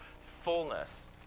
fullness